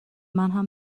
منم